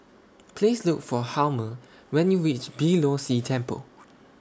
Please Look For Hjalmer when YOU REACH Beeh Low See Temple